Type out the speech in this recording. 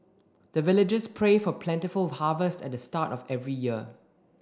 the villagers pray for plentiful harvest at the start of every year